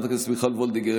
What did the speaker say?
סגן השר דסטה גדי יברקן,